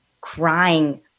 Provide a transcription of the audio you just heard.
crying